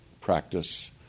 practice